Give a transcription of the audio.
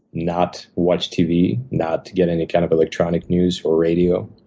not watch tv, not get any kind of electronic news or radio.